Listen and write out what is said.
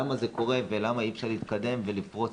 למה זה קורה ולמה אי אפשר להתקדם ולפרוץ